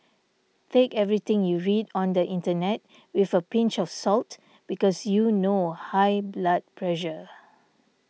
take everything you read on the internet with a pinch of salt because you know high blood pressure